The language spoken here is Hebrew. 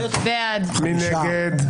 מי נגד?